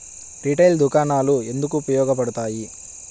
Retail దుకాణాలు ఎందుకు ఉపయోగ పడతాయి?